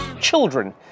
Children